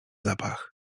zapach